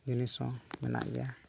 ᱡᱤᱱᱤᱥ ᱦᱚᱸ ᱢᱮᱱᱟᱜ ᱜᱮᱭᱟ